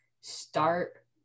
start